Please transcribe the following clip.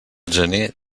gener